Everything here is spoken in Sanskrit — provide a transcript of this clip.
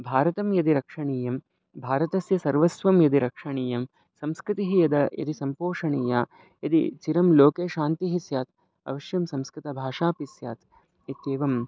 भारतं यदि रक्षणीयं भारतस्य सर्वस्वं यदि रक्षणीयं संस्कृतिः यदा यदि सम्पोषणीया यदि चिरं लोके शान्तिः स्यात् अवश्यं संस्कृतभाषापि स्यात् इत्येवं